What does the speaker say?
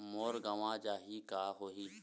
मोर गंवा जाहि का होही?